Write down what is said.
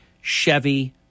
Chevy